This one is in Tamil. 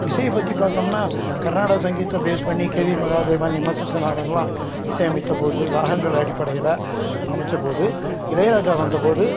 இசையை பற்றி பார்த்தோம்னா கர்நாடக சங்கீதத்தை பேஸ் பண்ணி கேவி மகாதேவன் எம்எஸ் விஸ்வநாதனெலாம் இசையமைத்த போது ராகங்கள் அடிப்படையில் அமைத்த போது இளையராஜா வந்தபோது